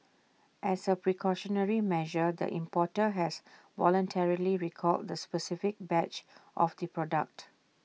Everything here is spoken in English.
as A precautionary measure the importer has voluntarily recalled the specific batch of the product